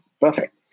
perfect